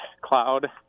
Cloud